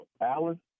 alan